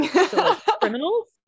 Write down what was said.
criminals